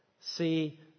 see